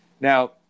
now